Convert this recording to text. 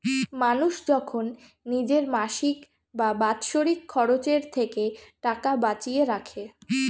মানুষ যখন নিজের মাসিক বা বাৎসরিক খরচের থেকে টাকা বাঁচিয়ে রাখে